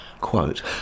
quote